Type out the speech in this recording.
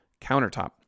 countertop